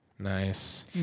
Nice